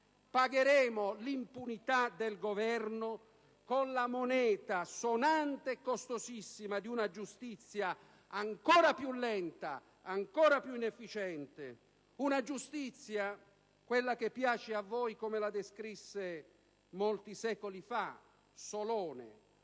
Pagheremo l'impunità del Governo con la moneta sonante e costosissima di una giustizia ancora più lenta ed ancora più inefficiente; una giustizia, quella che piace a voi, come la descrisse Solone molti secoli fa: una